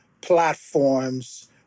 platforms